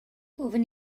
gofyn